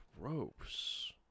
gross